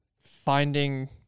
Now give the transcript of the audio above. finding